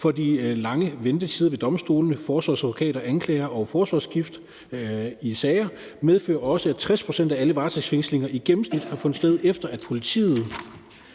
For de lange ventetider ved domstolene, i forhold til forsvarsadvokat og anklager og forsvarsskifte i sager, medfører også, at 60 pct. af alle varetægtsfængslinger i gennemsnit har fundet sted, efter at politiet